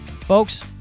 Folks